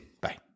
Bye